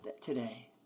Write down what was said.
today